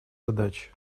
задач